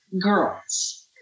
girls